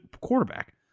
quarterback